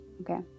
Okay